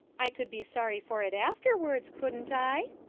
i could be sorry for it afterwards, couldn't i?